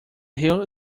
hill